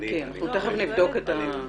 אנחנו תכף נבדוק את זה.